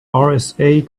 rsi